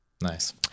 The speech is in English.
Nice